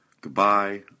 Goodbye